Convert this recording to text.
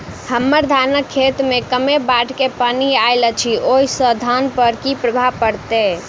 हम्मर धानक खेत मे कमे बाढ़ केँ पानि आइल अछि, ओय सँ धान पर की प्रभाव पड़तै?